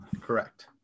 Correct